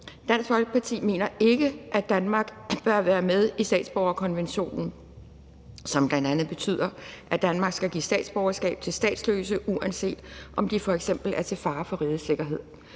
Dansk Folkeparti mener ikke, at Danmark bør være med i statsborgerkonventionen, som bl.a. betyder, at Danmark skal give statsborgerskab til statsløse, uanset om de f.eks. er til fare for rigets sikkerhed